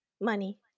money